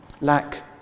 lack